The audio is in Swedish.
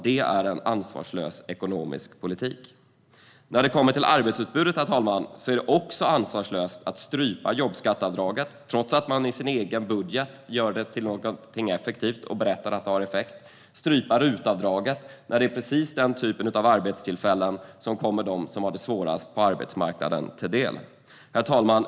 Det är en ansvarslös ekonomisk politik. Herr talman! När det kommer till arbetsutbudet är det också ansvarslöst att strypa jobbskatteavdraget, trots att man i sin egen budget säger att det är effektivt. Man stryper RUT-avdraget trots att det är precis dessa arbetstillfällen som kommer dem som har det svårast på arbetsmarknaden till del. Herr talman!